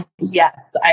Yes